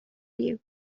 you